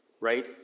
right